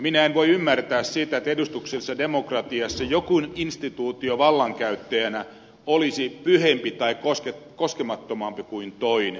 minä en voi ymmärtää sitä että edustuksellisessa demokratiassa joku instituutio vallankäyttäjänä olisi pyhempi tai koskemattomampi kuin toinen